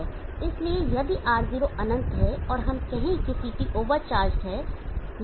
इसलिए यदि R0 अनंत है और हम कहे कि CT ओवरचार्ज है